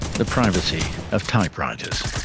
the privacy of typewriters'i am